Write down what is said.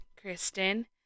Kristen